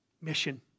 Mission